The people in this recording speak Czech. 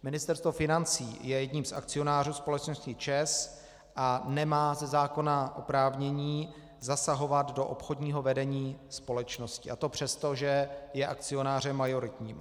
Ministerstvo financí je jedním z akcionářů společnosti ČEZ a nemá ze zákona oprávnění zasahovat do obchodního vedení společnosti, a to přesto, že je akcionářem majoritním.